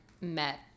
met